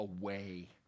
away